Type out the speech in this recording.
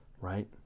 right